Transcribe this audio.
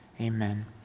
Amen